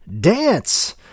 dance